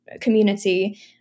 community